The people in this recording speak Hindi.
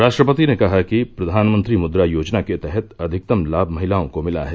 राष्ट्रपति ने कहा कि प्रधानमंत्री मुद्रा योजना के तहत अधिकतम लान महिलाओं को मिला है